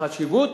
חשיבות